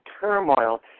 turmoil